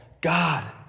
God